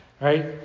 right